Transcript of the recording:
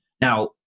Now